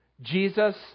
Jesus